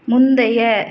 முந்தைய